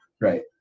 right